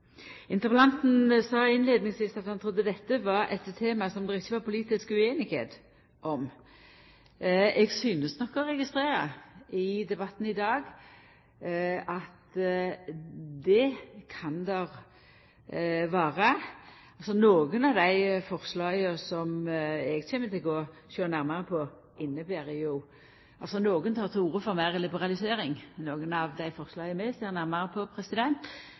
Interpellanten sa innleiingsvis at han trudde dette var eit tema som det ikkje var politisk usemje om. Eg synest nok å registrera i debatten i dag at det kan det vera. Nokre tek til orde for meir liberalisering. Nokre av dei forslaga som vi kjem til å sjå nærmare på,